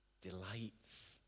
delights